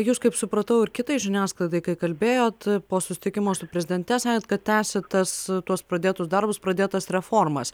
jūs kaip supratau ir kitai žiniasklaidai kai kalbėjot po susitikimo su prezidente sakėt kad tęsit tas tuos pradėtus darbus pradėtas reformas